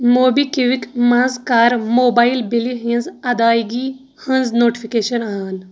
موبی کِوِک منٛز کر موبایِل بِلہِ ہِنٛز ادایگی ہٕنٛز نوٹفکیشن آن